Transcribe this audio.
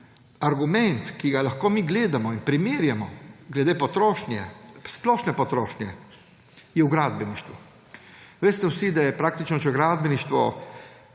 argument, ki ga lahko mi gledamo in primerjamo glede potrošnje, splošne potrošnje, je v gradbeništvu. Veste vsi, da je praktično, če gradbeništvo